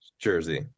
jersey